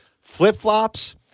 flip-flops